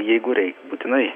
jeigu reik būtinai